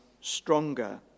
stronger